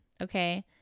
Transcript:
Okay